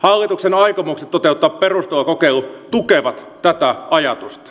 hallituksen aikomukset toteuttaa perustulokokeilu tukevat tätä ajatusta